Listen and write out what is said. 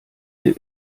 den